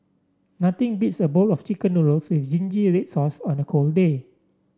nothing beats a bowl of chicken noodles with zingy red sauce on a cold day